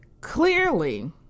Clearly